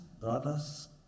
brothers